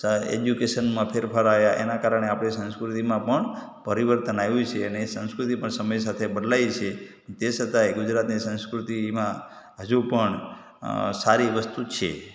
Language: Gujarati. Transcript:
ઍજ્યુકેશનમાં ફેરફાર આવ્યા એના કારણે આપણી સંસ્કૃતિમાં પણ પરિવર્તન આવ્યું છે અને એ સંસ્કૃતિ પણ સમય સાથે બદલાઈ છે તે છતાં ગુજરાતની સંસ્કૃતિમાં હજુ પણ સારી વસ્તુ છે